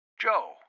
Joe